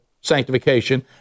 sanctification